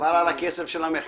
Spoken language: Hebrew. חבל על הכסף של המחקר.